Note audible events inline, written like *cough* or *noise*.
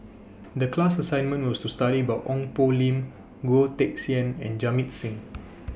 *noise* The class assignment was to study about Ong Poh Lim Goh Teck Sian and Jamit Singh *noise*